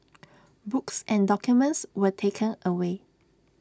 books and documents were taken away